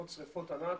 בשריפות ענק.